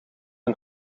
een